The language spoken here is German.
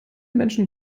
menschen